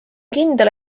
kindel